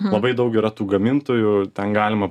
labai daug yra tų gamintojų ten galima